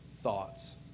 Thoughts